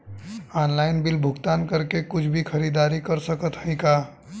Online bill भुगतान करके कुछ भी खरीदारी कर सकत हई का?